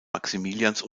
maximilians